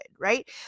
right